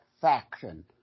faction